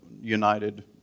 United